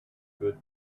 good